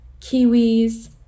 kiwis